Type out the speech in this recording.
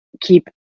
keep